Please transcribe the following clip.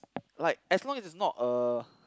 like as long as it is not a